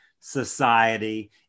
society